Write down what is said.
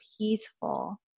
peaceful